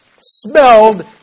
smelled